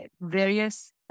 various